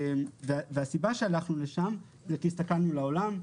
הסיבה שהלכנו לשם היא כי הסתכלנו לעולם.